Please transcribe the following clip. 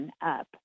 up